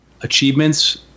Achievements